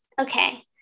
okay